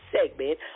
segment